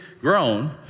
grown